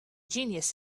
genius